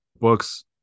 books